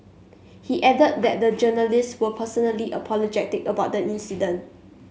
he added that the journalists were personally apologetic about the incident